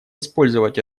использовать